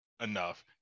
enough